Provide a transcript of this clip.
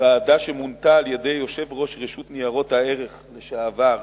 ועדה שמונתה על-ידי יושב-ראש הרשות לניירות ערך לשעבר,